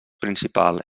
principal